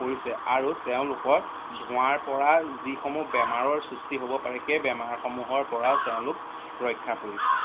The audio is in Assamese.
পৰিছে আৰু তেওঁলোকৰ ধোঁৱাৰপৰা যিসমূহ বেমাৰ সৃষ্টি হ'ব পাৰে সেই বেমাৰসমূহৰপৰাও তেওঁলোক ৰক্ষা পৰিছে